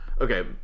okay